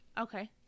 okay